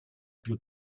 più